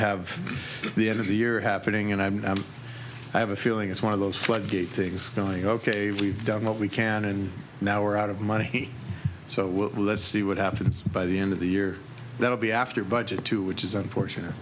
have the end of the year happening and i mean i have a feeling it's one of those floodgates things going ok we've done what we can and now we're out of money so let's see what happens by the end of the year that will be after budget two which is unfortunate